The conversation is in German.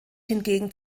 hingegen